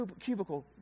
cubicle